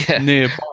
nearby